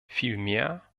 vielmehr